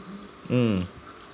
mm